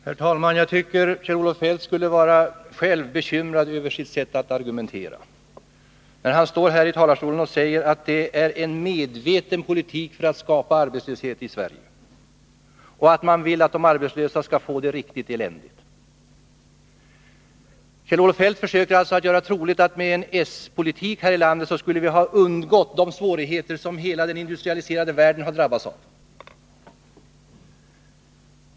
Herr talman! Jag tycker att Kjell-Olof Feldt skulle vara bekymrad över sitt sätt att argumentera, när han står här i talarstolen och säger att vår politik är en medveten politik för att skapa arbetslöshet i Sverige och att vi vill att de arbetslösa skall få det riktigt eländigt. Kjell-Olof Feldt försöker göra det troligt att vi med en socialdemokratisk politik här i landet skulle ha undgått de svårigheter som hela den industrialiserade världen har drabbats av.